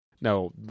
No